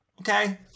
Okay